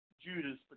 Judas